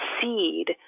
seed